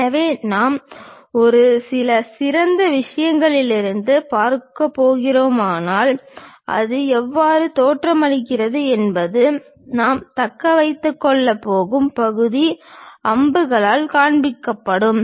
எனவே நாம் ஒரு சில சிறந்த விஷயங்களிலிருந்து பார்க்கிறோமானால் அது எவ்வாறு தோற்றமளிக்கிறது என்பது நாம் தக்க வைத்துக் கொள்ளப் போகும் பகுதி அம்புகளால் காண்பிக்கப்படும்